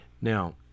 Now